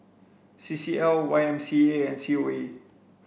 C C L Y M C A and C O A